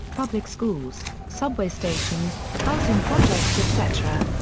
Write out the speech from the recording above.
public schools, subway stations, housing projects etc.